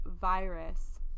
virus